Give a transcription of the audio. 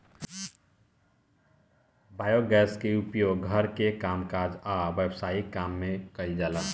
biogas के उपयोग घर के कामकाज आ व्यवसायिक काम में कइल जाला